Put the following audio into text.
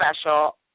special